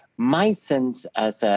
my sense as,